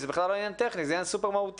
זה בכלל לא עניין טכני, זה עניין מאוד מהותי.